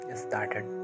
started